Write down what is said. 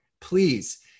Please